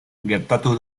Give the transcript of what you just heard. gertatu